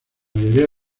mayoría